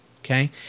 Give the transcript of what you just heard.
Okay